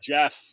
Jeff